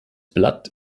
blatt